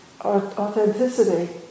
authenticity